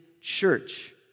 church